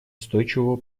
устойчивого